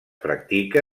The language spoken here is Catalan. practica